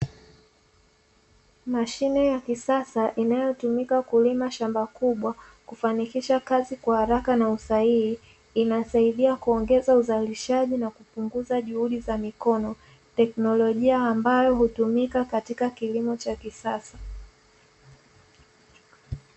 Mashine ya kisasa inayotumika kulima shamba kubwa, kufanikisha kazi kwa haraka na usahihi, inasaidia kuongeza uzalishaji na kupunguza juhudi za mikono. Teknolojia ambayo hutumika katika kilimo cha kisasa.